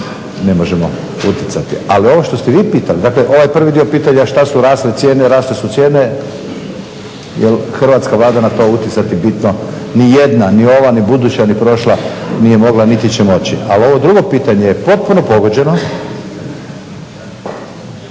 ne možemo utjecati. Ali ovo što ste vi pitali dakle ovaj prvi dio pitanja šta su rasle cijene, rasle su cijene jel hrvatska vlada ne treba utjecati bitno nijedna, ni ovoga Zakona , ni buduća , ni prošla nije mogla niti će moći. Ali ovo drugo pitanje je potpuno pogođeno.